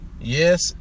Yes